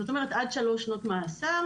זאת אומרת עד שלוש שנות מאסר,